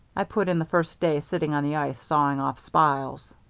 i put in the first day sitting on the ice sawing off spiles.